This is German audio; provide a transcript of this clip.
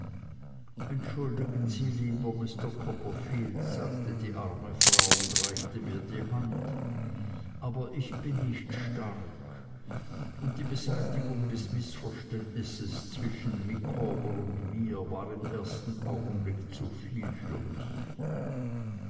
entschuldigen sie lieber mr copperfield sagte die arme frau und reichte mir die hand aber ich bin nicht stark und die beseitigung des mißverständnisses zwischen micawber und mir war im ersten augenblick zu viel für mich